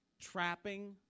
trapping